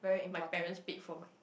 my parents paid for my